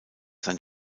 sein